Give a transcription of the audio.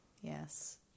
Yes